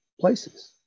places